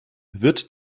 wird